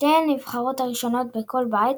שתי הנבחרות הראשונות בכל בית,